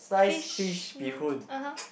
fish (uh huh)